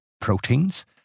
proteins